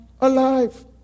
alive